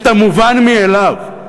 את המובן מאליו,